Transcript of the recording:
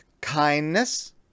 kindness